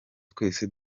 twese